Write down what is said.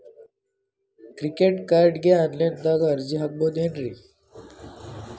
Credit ಕಾರ್ಡ್ಗೆ online ದಾಗ ಅರ್ಜಿ ಹಾಕ್ಬಹುದೇನ್ರಿ?